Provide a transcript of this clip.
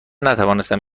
نتوانستم